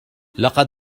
لقد